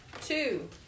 Two